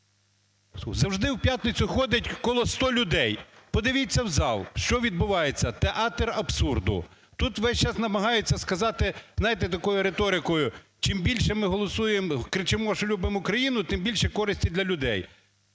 Завжди в п'ятницю ходить коло 100 людей, подивіться в зал, що відбувається? Театр абсурду. Тут весь час намагаються сказати, знаєте, такою риторикою, чим більше ми голосуємо, кричимо, що любимо Україну, тим більше користі для людей,